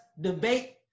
debate